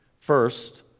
First